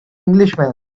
englishman